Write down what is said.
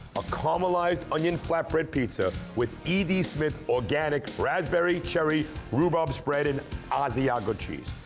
a caramelized onion flat bread pizza with e d. smith organic raspberry cherry rhubarb spread and asiago cheese.